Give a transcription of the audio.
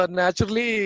naturally